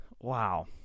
wow